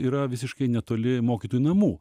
yra visiškai netoli mokytojų namų